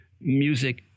music